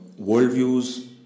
worldviews